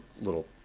little